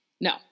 No